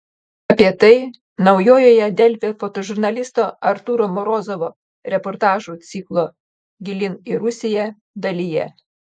apie tai naujoje delfi fotožurnalisto artūro morozovo reportažų ciklo gilyn į rusiją dalyje